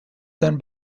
done